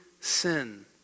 sin